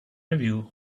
review